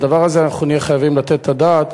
על הדבר הזה אנחנו נהיה חייבים לתת את הדעת,